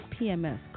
PMS